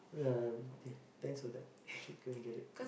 yeah okay thanks for that I should go and get it